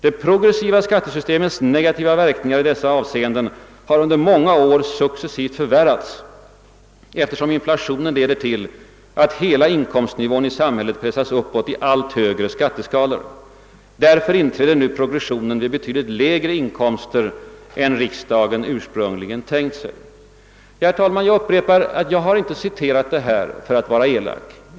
Det progressiva skattesystemets negativa verkningar i dessa avseenden har under många år successivt förvärrats, eftersom inflationen leder till att hela inkomstnivån i samhället pressas uppåt i allt högre skatteskalor. Därför inträder nu progressionen vid betydligt lägre inkomster än riksdagen ursprungligen tänkt sig.» Herr talman! Jag upprepar att jag inte citerade för att vara elak.